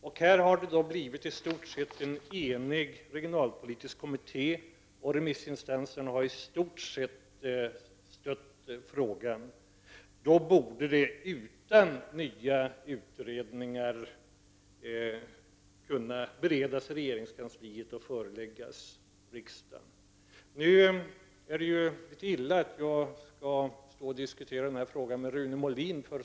Den regionalpolitiska kommittén är i stort sett enig, och remissinstanserna har i stort sett stött förslaget. Frågan borde nu kunna beredas i regeringskansliet och en proposition föreläggas riksdagen utan nya utredningar. Det är litet olyckligt att jag skall behöva diskutera frågan med Rune Molin.